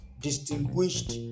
distinguished